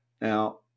Now